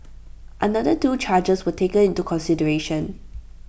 another two charges were taken into consideration